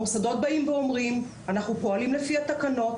המוסדות באים ואומרים, אנחנו פועלים לפי התקנות.